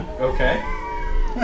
Okay